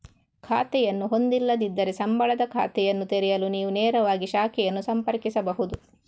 ಖಾತೆಯನ್ನು ಹೊಂದಿಲ್ಲದಿದ್ದರೆ, ಸಂಬಳ ಖಾತೆಯನ್ನು ತೆರೆಯಲು ನೀವು ನೇರವಾಗಿ ಶಾಖೆಯನ್ನು ಸಂಪರ್ಕಿಸಬಹುದು